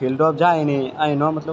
फिल्डमे जाइ नी आओर मतलब